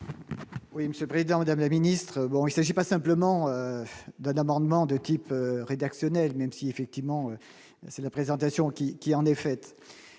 Oui Monsieur Breda la ministre, bon, il s'agit pas simplement d'un amendement de type rédactionnel, même si, effectivement, c'est la présentation qui qui en est faite,